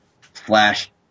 flash